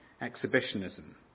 exhibitionism